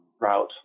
route